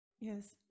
yes